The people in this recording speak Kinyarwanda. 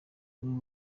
uru